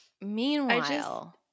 Meanwhile